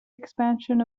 expansion